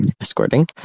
escorting